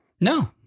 no